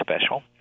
special